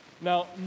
Now